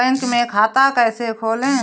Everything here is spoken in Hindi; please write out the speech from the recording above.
बैंक में खाता कैसे खोलें?